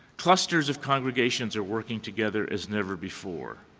clusters of congregations are working together as never before